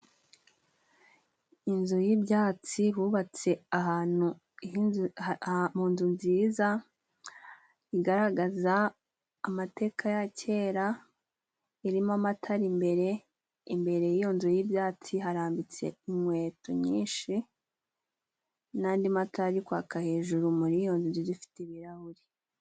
Inzu y'ibyatsi bubatse ahantu mu nzu nziza igaragaza amateka ya kera irimo amatara imbere. Imbere y' iyo nzu y'ibyatsi harambitse inkweto nyinshi n'andi matari ari kwaka hejuru muri iyo nzu ifite ibirahuri.